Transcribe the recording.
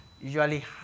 usually